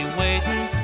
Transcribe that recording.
waiting